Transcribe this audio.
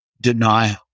denial